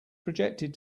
projected